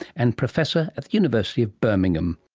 and professor at the university of birmingham